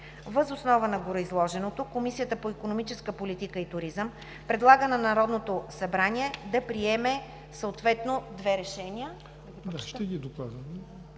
Въз основа на гореизложеното Комисията по икономическата политика и туризъм предлага на Народното събрание да приеме две решения: